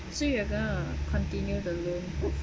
so you have ah continue to learn